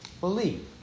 believe